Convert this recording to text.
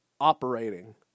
operating